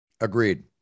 Agreed